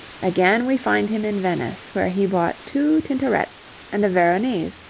again we find him in venice, where he bought two tintorets and a veronese,